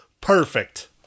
Perfect